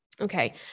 Okay